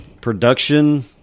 production